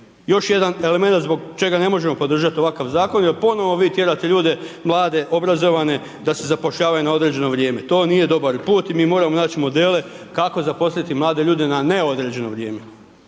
još jedan elemenat zbog čega ne možemo podržat ovakav zakon jer ponovo vi tjerate ljude mlade, obrazovane da se zapošljavaju na određeno vrijeme, to nije dobar put i mi moramo nać modele kako zaposliti mlade ljude na neodređeno vrijeme.